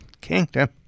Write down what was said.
kingdom